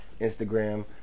Instagram